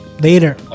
later